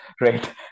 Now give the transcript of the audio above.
right